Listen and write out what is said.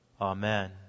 Amen